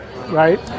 Right